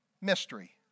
mystery